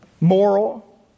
moral